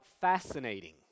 fascinating